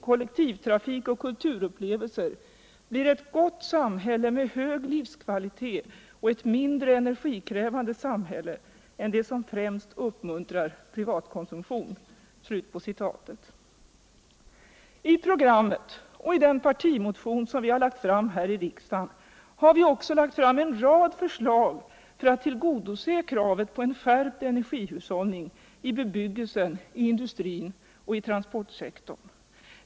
kollektivtrafik och kulturupplevelser, blir ett gott samhälle med hög livskvalitet och ett mindre enoergikrävande samhälle än det som främst uppmuntrar privatkonsumtion.” I programmet och i den partimotion som vi har väckt i riksdagen har vi också lagt fram en rad förslag för att tillgodose kravet på en skärpt energihushållning i bebyggelsen, i industrin och i transportsektorn.